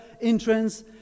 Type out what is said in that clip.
entrance